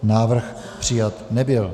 Návrh přijat nebyl.